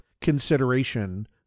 consideration